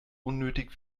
unnötig